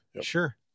Sure